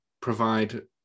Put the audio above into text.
provide